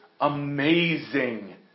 amazing